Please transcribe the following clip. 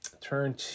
Turn